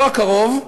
לא הקרוב,